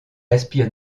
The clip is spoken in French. aspire